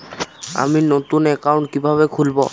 আমি নতুন অ্যাকাউন্ট কিভাবে খুলব?